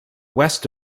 west